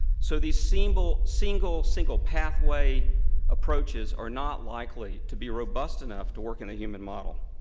so these single, single single pathway approaches are not likely to be robust enough to work in a human model.